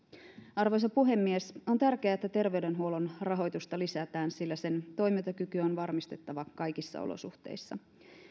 arvoisa puhemies on tärkeää että terveydenhuollon rahoitusta lisätään sillä sen toimintakyky on varmistettava kaikissa olosuhteissa